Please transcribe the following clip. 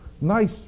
nice